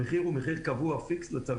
המחיר הוא מחיר קבוע לצרכן,